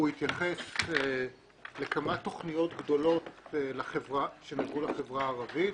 הדוח התייחס לכמה תוכניות גדולות שנגעו לחברה הערבית.